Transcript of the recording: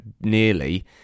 nearly